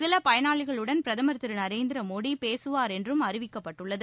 சில பயணாளிகளுடன் பிரதமர் திருநரேந்திர மோடி பேசுவார் என்றும் அறிவிக்கப்பட்டுள்ளது